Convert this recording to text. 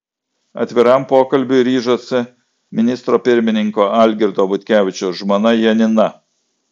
atviram pokalbiui ryžosi ministro pirmininko algirdo butkevičiaus žmona janina